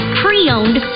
pre-owned